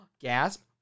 gasp